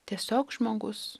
tiesiog žmogus